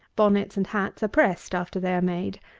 bonnets and hats are pressed after they are made.